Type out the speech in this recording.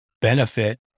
benefit